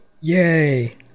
Yay